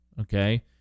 okay